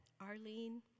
Arlene